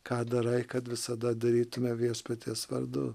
ką darai kad visada darytume viešpaties vardu